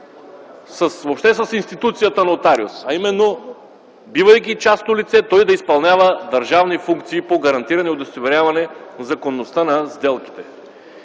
въобще с институцията нотариус - бивайки частно лице, той да изпълнява държавни функции по гарантиране и удостоверяване законността на сделките.